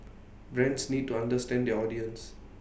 brands need to understand their audience